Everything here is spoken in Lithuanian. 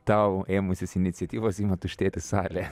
tau ėmusis iniciatyvos ima tuštėti salė